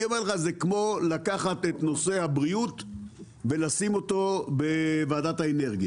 זה כמו לקחת את נושא הבריאות ולשים אותו בוועדת האנרגיה,